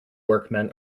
workman